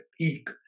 peak